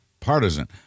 Partisan